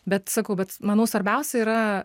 bet sakau bet manau svarbiausia yra